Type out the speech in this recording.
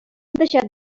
deixat